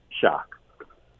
shock